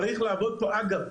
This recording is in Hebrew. אגב,